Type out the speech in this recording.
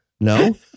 no